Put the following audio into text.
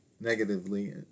negatively